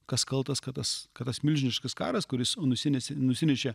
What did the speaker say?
kas kaltas kad tas kad tas milžiniškas karas kuris nusinešė nusinešė